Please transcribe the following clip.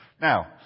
Now